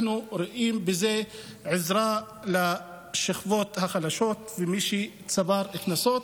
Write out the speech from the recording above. אנחנו רואים בזה עזרה לשכבות החלשות ולמי שצבר קנסות.